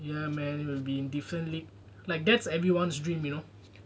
ya man we will be in different league like that's everyone's dream you know